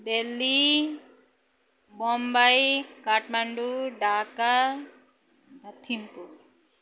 Delhi Bombay Kathmandu Dhaka Thimphu